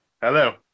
hello